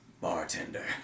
bartender